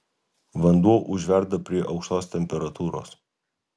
vanduo užverda prie aukštos temperatūros